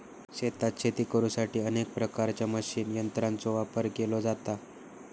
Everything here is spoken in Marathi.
शेतात शेती करुसाठी अनेक प्रकारच्या मशीन यंत्रांचो वापर केलो जाता